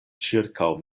ĉirkaŭ